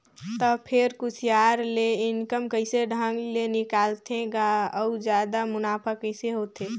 त फेर कुसियार ले इनकम कइसे ढंग ले निकालथे गा अउ जादा मुनाफा कइसे होथे